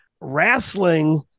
wrestling